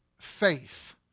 faith